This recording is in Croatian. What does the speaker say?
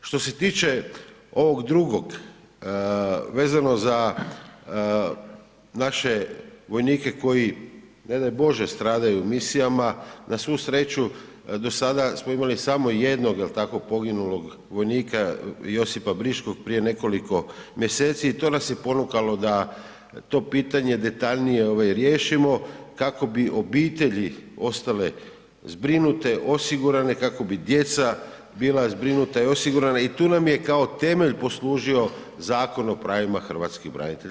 Što se tiče ovog drugog, vezano za naše vojnike koji, ne daj Bože stradaju u misijama, na svu sreću do sada smo imali samo jednog, poginulog vojnika Josipa Briškog prije nekoliko mjeseci i to nas je ponukalo da to pitanje detaljnije riješimo kako bi obitelji ostale zbrinute, osigurane, kako bi djeca bila zbrinuta i osigurana i tu nam je kao temelj poslužio Zakon o pravima hrvatskih branitelja.